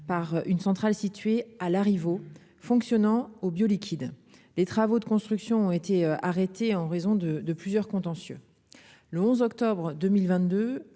par une centrale située à Larivot, fonctionnant au bio-liquide les travaux de construction ont été arrêtés en raison de de plusieurs contentieux le 11 octobre 2022,